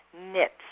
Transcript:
knits